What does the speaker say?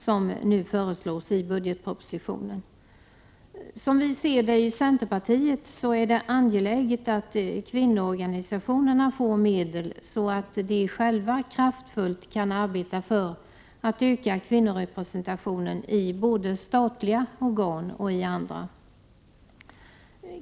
som nu föreslås i budgetpropositionen. Som vi ser det i centerpartiet är det angeläget att kvinnoorganisationerna får medel så att de själva kraftfullt kan arbeta för att öka kvinnorepresentationen i både statliga organ och i andra organ.